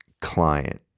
client